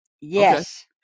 yes